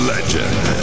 Legend